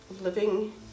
living